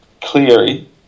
Cleary